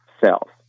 cells